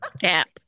Cap